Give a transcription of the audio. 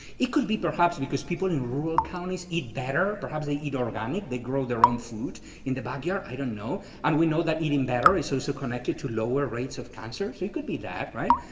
it could be perhaps because people in rural counties eat better. perhaps they eat organic, they grow their own food in the backyard, i don't know. and we know that eating better is also so so connected to lower rates of cancer. so it could be that, right?